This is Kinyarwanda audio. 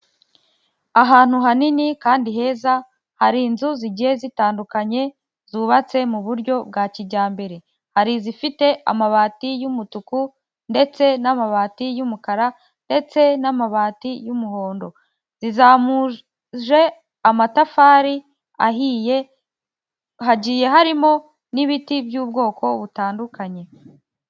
Ahantu hanini kandi heza, hari inzu zigiye zitandukanye zubatse mu buryo bwa kijyambere. Hari izifite amabati y'umutuku ndetse n'amabati y'umukara ndetse n'amabati y'umuhondo. Zizamuje amatafari ahiye, hagiye harimo n'ibiti by'ubwoko butandukanye.